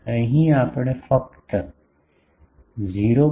અહીં આપણે ફક્ત 0